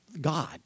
God